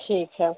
ठीक है